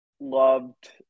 loved